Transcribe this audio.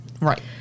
Right